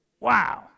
Wow